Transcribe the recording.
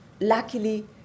Luckily